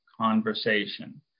conversation